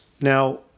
Now